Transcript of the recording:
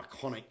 iconic